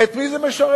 את מי זה משרת?